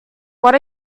what